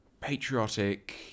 patriotic